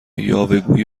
یاوهگویی